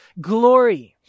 glory